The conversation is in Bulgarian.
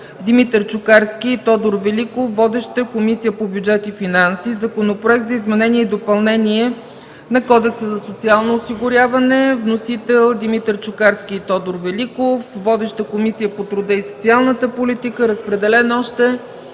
Димитър Чукарски и Тодор Великов, водеща е Комисията по бюджет и финанси; - Законопроект за изменение и допълнение на Кодекса за социално осигуряване с вносители Димитър Чукарски и Тодор Великов, водеща е Комисията по труда и социална политика, разпределен е